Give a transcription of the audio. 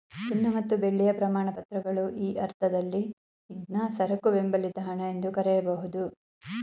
ಚಿನ್ನ ಮತ್ತು ಬೆಳ್ಳಿಯ ಪ್ರಮಾಣಪತ್ರಗಳು ಈ ಅರ್ಥದಲ್ಲಿ ಇದ್ನಾ ಸರಕು ಬೆಂಬಲಿತ ಹಣ ಎಂದು ಕರೆಯಬಹುದು